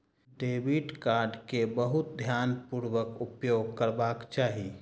debit card के बहुत ध्यानपूर्वक उपयोग करबाक चाही